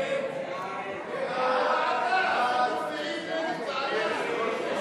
הצעת ועדת החוקה,